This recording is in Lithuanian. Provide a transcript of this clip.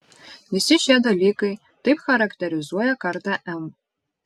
visi šie dalykai taip charakterizuoja kartą m